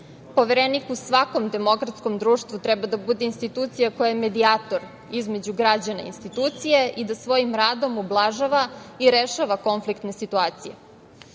u svakom demokratskom društvu treba da bude institucija koja je medijator između građana i institucija i da svojim radom ublažava i rešava konfliktne situacije. Državni